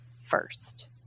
first